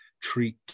treat